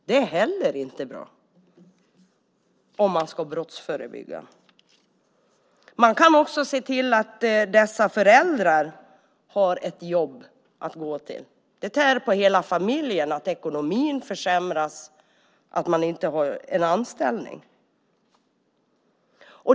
Det är inte heller bra om man ska brottsförebygga. Man kan också se till att föräldrarna har ett jobb att gå till. Det tär på hela familjen att ekonomin försämras och man inte har någon anställning.